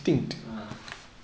ah